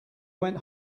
went